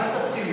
אחמד.